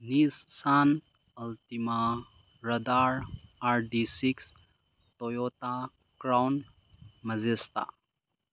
Nissan Altima radar R D six Toyota Crown Majesta